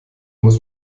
muss